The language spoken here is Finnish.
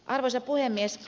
arvoisa puhemies